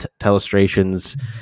telestrations